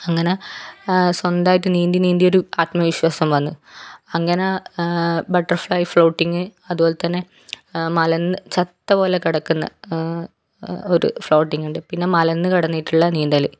അങ്ങനെ സ്വന്തമായിട്ട് നീന്തി നീന്തി ഒരു ആത്മവിശ്വാസം വന്ന് അങ്ങനെ ബട്ടർഫ്ലൈ ഫ്ലോട്ടിങ് അതുപോലെത്തന്നെ മലർന്ന് ചത്ത പോലെ കിടക്കുന്നത് ഒരു ഫ്ലോട്ടിങ്ങ് ഉണ്ട് പിന്നെ മലർന്നു കിടന്നിട്ടുള്ള നീന്തല്